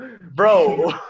Bro